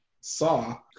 saw